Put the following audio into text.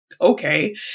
Okay